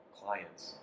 clients